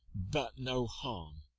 but no harm,